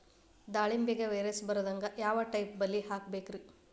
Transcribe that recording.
ದಾಳಿಂಬೆಗೆ ವೈರಸ್ ಬರದಂಗ ಯಾವ್ ಟೈಪ್ ಬಲಿ ಹಾಕಬೇಕ್ರಿ?